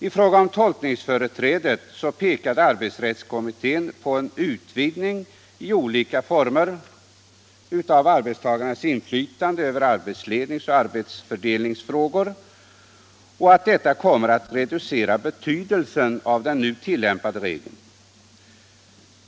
I frågan om tolkningsföreträdet pekade arbetsrättskommittén på att en utvidgning i olika former av arbetstagarsidans inflytande över arbetsledningsoch arbetsfördelningsfrågor kommer att reducera betydelsen av den nu tillämpade regeln.